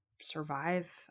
survive